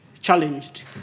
challenged